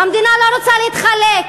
והמדינה לא רוצה להתחלק,